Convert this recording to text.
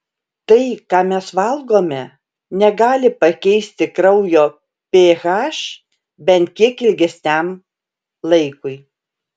tai ką mes valgome negali pakeisti kraujo ph bent kiek ilgesniam laikui